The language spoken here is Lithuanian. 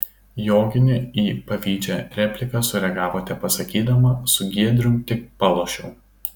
joginė į pavydžią repliką sureagavo tepasakydama su giedrium tik palošiau